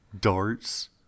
darts